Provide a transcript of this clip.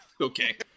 Okay